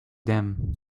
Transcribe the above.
them